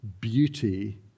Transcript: beauty